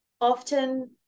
often